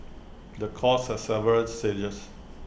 the course has several stages